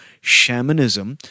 shamanism